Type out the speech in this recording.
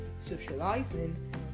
socializing